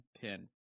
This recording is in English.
pin